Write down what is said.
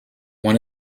one